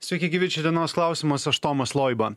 sveiki gyvi čia dienos klausimas aš tomas loiba